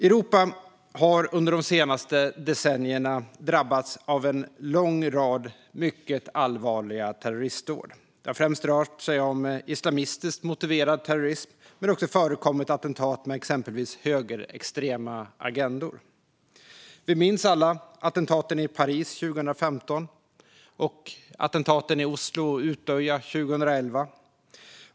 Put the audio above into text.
Europa har under de senaste decennierna drabbats av en lång rad mycket allvarliga terroristdåd. Det har främst rört sig om islamistiskt motiverad terrorism, men det har också förekommit attentat med exempelvis högerextrema agendor. Vi minns alla attentaten i Paris 2015 och attentaten i Oslo och på Utøya 2011.